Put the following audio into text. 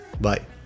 Bye